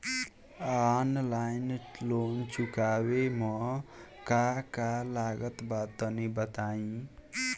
Online loan चुकावे म का का लागत बा तनि बताई?